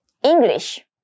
english